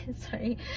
Sorry